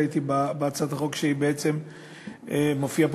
בהצעת החוק שבעצם מופיעה